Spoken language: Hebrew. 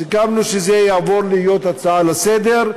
סיכמנו שזה יעבור להיות הצעה לסדר-היום,